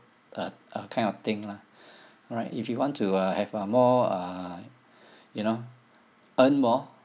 uh a kind of thing lah right if you want to uh have uh more uh you know earn more